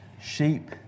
Sheep